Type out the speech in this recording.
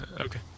Okay